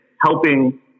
helping